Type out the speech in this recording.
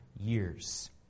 years